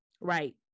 Right